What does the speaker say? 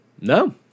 No